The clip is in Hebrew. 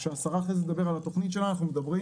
כשהשרה אחר כך תדבר על התכנית שלנו אנחנו מדברים